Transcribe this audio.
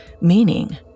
meaning